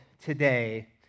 today